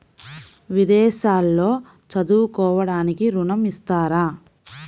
విదేశాల్లో చదువుకోవడానికి ఋణం ఇస్తారా?